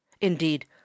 indeed